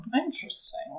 Interesting